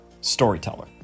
storyteller